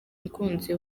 umukunzi